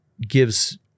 gives